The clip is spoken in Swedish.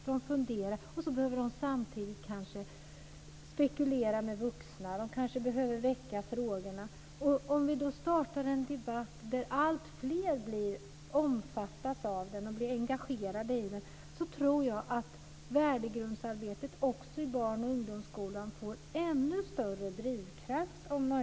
De funderar, och de behöver kanske samtidigt spekulera med vuxna och väcka frågorna. Om vi då startar en debatt där alltfler omfattas av den och blir engagerade i den, tror jag att värdegrundsarbetet också i barn och ungdomsskolan får ännu större drivkraft.